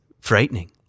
frightening